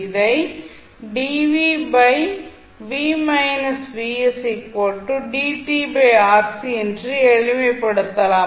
இதை என்று எளிமைப்படுத்தலாம்